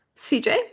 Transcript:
CJ